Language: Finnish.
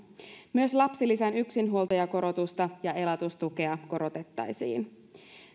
myös lapsilisän yksinhuoltajakorotusta ja elatustukea korotettaisiin